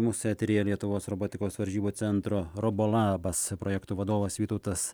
mūsų eteryje lietuvos robotikos varžybų centro robolabas projektų vadovas vytautas